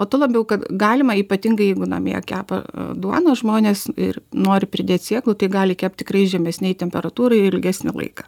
o tuo labiau kad galima ypatingai jeigu namie kepa duoną žmonės ir nori pridėt sėklų tai gali kept tikrai žemesnėj temperatūroj ilgesnį laiką